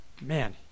man